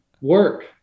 work